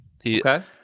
Okay